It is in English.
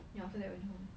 ya after that went home